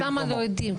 למה לא יודעים?